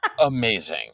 amazing